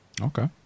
Okay